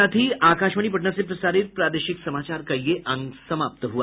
इसके साथ ही आकाशवाणी पटना से प्रसारित प्रादेशिक समाचार का ये अंक समाप्त हुआ